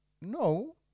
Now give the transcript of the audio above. no